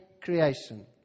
creation